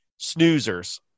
snoozers